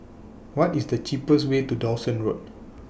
What IS The cheapest Way to Dawson Road